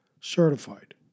certified